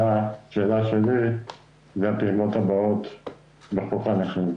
השאלה שלי היא על הפעימות הבאות בחוק הנכים.